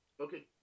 Okay